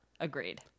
Agreed